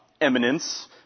eminence